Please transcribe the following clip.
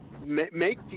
make